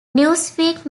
newsweek